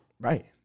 Right